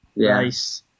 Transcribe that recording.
Nice